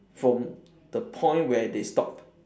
from the point where they stopped